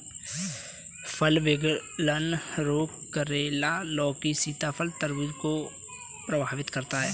फल विगलन रोग करेला, लौकी, सीताफल, तरबूज को प्रभावित करता है